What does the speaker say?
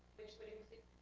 which would include